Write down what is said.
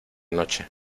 noche